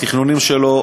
התכנונים שלו,